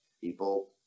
people